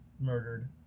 murdered